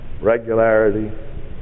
Regularity